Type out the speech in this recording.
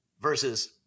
versus